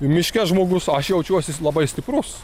miške žmogus aš jaučiuosi labai stiprus